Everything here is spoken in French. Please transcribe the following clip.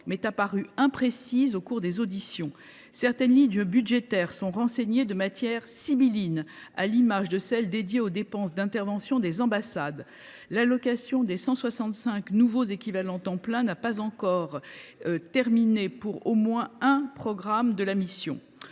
m’est apparue imprécise au cours des auditions. Plusieurs lignes budgétaires sont renseignées de manière sibylline, à l’image de celle qui est dédiée aux dépenses d’intervention des ambassades. De même, l’allocation des 165 nouveaux équivalents temps plein n’est pas encore déterminée pour au moins un programme de la mission.